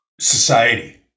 society